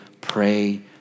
pray